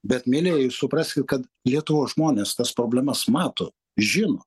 bet mielieji supraskit kad lietuvos žmonės tas problemas mato žino